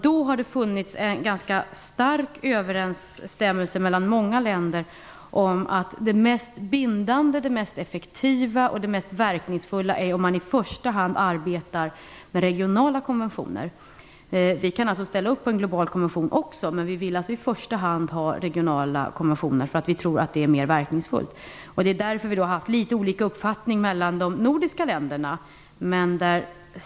Det har då funnits en ganska stark överensstämmelse mellan många länder om att det mest bindande, det mest effektiva och verkningsfulla är om man i första hand arbetar med regionala konventioner. Vi kan alltså ställa upp på en global konvention också, men vi vill i första hand ha regionala konventioner. Vi tror att det är mer verkningsfullt. Det är därför vi i de nordiska länderna har haft litet olika uppfattningar.